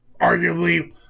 arguably